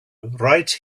right